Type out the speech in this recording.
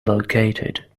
located